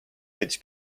sõitis